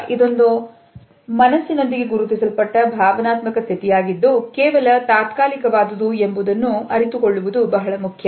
ಇದೊಂದು ಮನಸ್ಸಿನೊಂದಿಗೆ ಗುರುತಿಸಲ್ಪಟ್ಟ ಭಾವನಾತ್ಮಕ ಸ್ಥಿತಿಯಾಗಿದ್ದು ಕೇವಲ ತಾತ್ಕಾಲಿಕವಾದುದು ಎಂಬುದನ್ನು ಅರಿತುಕೊಳ್ಳುವುದು ಬಹಳ ಮುಖ್ಯ